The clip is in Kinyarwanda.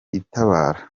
itabara